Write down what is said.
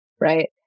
Right